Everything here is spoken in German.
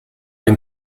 den